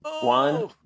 one